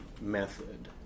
method